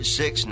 six